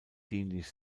dienlich